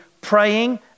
praying